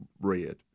red